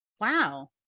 Wow